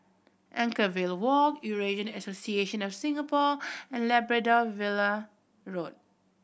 Anchorvale Walk Eurasian Association of Singapore and Labrador Villa Road